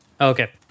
Okay